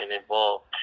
involved